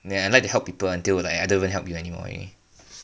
then I like to help people until like I don't even help you anymore eh